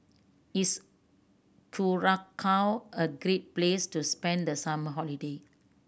is Curacao a great place to spend the summer holiday